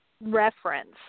reference